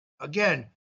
Again